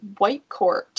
Whitecourt